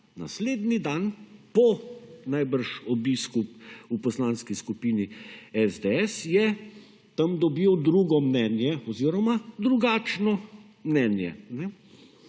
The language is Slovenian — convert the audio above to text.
naslednji dan, po najbrž obisku v Poslanski skupini SDS, je tam dobil drugo mnenje oziroma drugačno mnenje